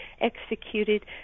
executed